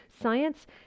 science